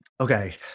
Okay